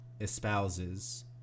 espouses